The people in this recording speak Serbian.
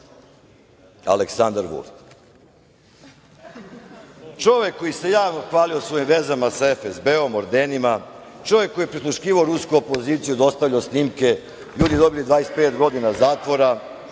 Aleksandar Vulin. Čovek koji se javno hvalio svojim vezama sa FSB, ordenima. Čovek koji je prisluškivao rusku opoziciju, dostavljao snimke, ljudi dobili 25 godina zatvora,